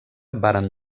varen